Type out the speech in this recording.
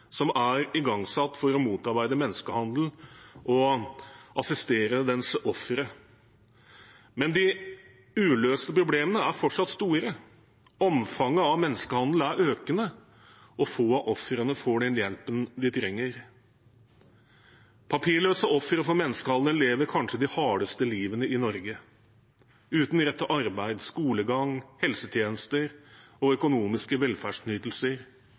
som er igangsatt for å motarbeide menneskehandel og assistere dens ofre. Men de uløste problemene er fortsatt store. Omfanget av menneskehandel er økende, og få av ofrene får den hjelpen de trenger. Papirløse ofre for menneskehandel lever de kanskje hardeste livene i Norge, uten rett til arbeid, skolegang, helsetjenester og økonomiske velferdsytelser.